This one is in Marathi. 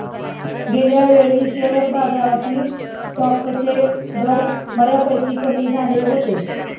गेल्यावेळी शेअर बाजारातील स्टॉक्सचे दर बऱ्यापैकी कमी झाले होते